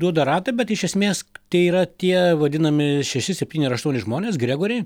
duoda ratą bet iš esmės tai yra tie vadinami šeši septyni ar aštuoni žmonės gregoriai